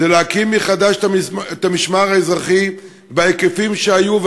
זה להקים מחדש את המשמר האזרחי בהיקפים שהיו,